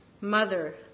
mother